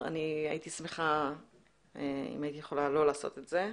הייתי שמחה אם הייתי יכולה לא לעשות את זה.